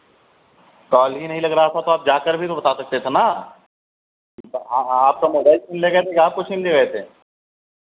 call ही नहीं लग रहा था तो आप जा कर के भी तो बता सकते थे ना आपका मोबाइल फ़ोन ले गए थे कि आपको सिम दे गए थे